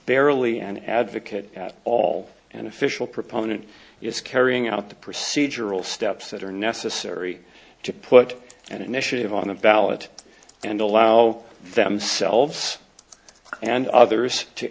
barely an advocate at all and official proponent is carrying out the procedural steps that are necessary to put an initiative on the ballot and allow themselves and others to